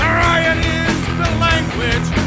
language